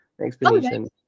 explanation